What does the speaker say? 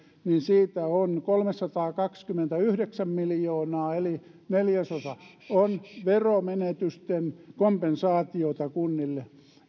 niin siitä on kolmesataakaksikymmentäyhdeksän miljoonaa eli neljäsosa veromenetysten kompensaatiota kunnille